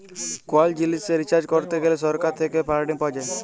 call জিলিসে research করত গ্যালে সরকার থেক্যে ফান্ডিং পাওয়া যায়